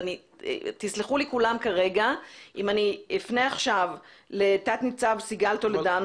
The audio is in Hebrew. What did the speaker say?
תסלחו לי כולם כרגע אם אני אפנה עכשיו לתנ"צ סיגל טולדו.